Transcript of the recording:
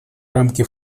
рамки